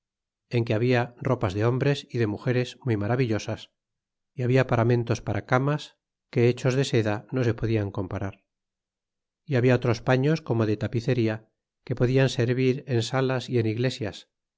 en que habia ropas de hombres y de mugeres muy maravillosas y habia paramentos para camas que hechos de seda no se podian comparar s labia otros paiíos como de tapierria que podian servir en salas y en iglesias